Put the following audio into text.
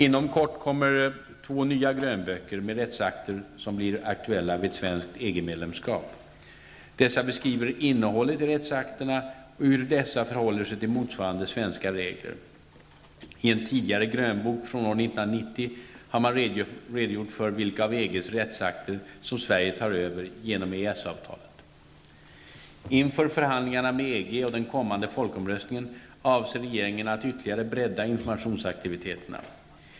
Inom kort utkommer två nya grönböcker med rättsakter som blir aktuella vid ett svenskt EG medlemskap. Dessa beskriver innehållet i rättsakterna och hur dessa förhåller sig till motsvarande svenska regler. I en tidigare grönbok från år 1990 har man redogjort för vilka av EGs rättsakter som Sverige tar över genom EES-avtalet. Inför förhandlingarna med EG och den kommande folkomröstningen avser regeringen att ytterligare bredda informationsaktiviteterna.